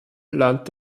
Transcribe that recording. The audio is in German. land